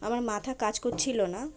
আমার মাথা কাজ করছিল না